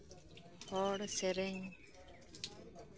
ᱦᱚᱲ ᱥᱮᱹᱨᱮᱹᱧ